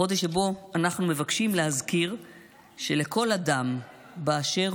חודש שבו אנחנו מבקשים להזכיר שלכל אדם באשר